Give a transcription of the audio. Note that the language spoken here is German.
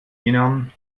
innern